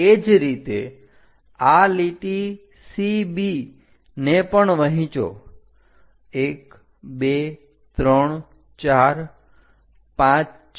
એ જ રીતે આ લીટી CB ને પણ વહેંચો